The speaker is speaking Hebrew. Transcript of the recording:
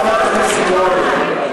חברת הכנסת מועלם.